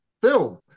film